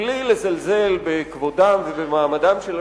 בלי לזלזל בכבודם ובמעמדם של השופטים,